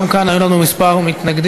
גם כאן היו לנו כמה מתנגדים,